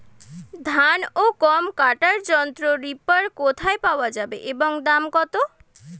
ধান ও গম কাটার যন্ত্র রিপার কোথায় পাওয়া যাবে এবং দাম কত?